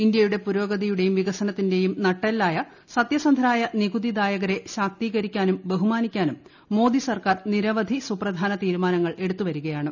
ഇന്ത്യയുടെ പുരോഗതിയുടെയും വികസനത്തിന്റെയും നട്ടെല്ലായ സത്യസന്ധരായ നികുതിദായകരെ ശാക്തീക ബഹുമാനിക്കാനും മ്യൂട്ടി ് സർക്കാർ നിരവധി രിക്കാനും സുപ്രധാന തീരുമാനങ്ങൾ എടുത്ത്തുവരികയാണ്